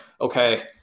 okay